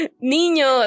¡Niños